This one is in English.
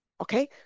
okay